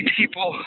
people